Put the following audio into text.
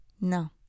No